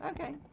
Okay